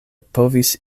povis